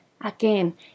again